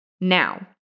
Now